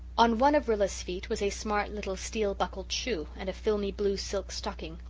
on one of rilla's feet was a smart little steel-buckled shoe and a filmy blue silk stocking.